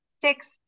six